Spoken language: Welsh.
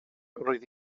roedd